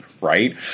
Right